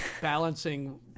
balancing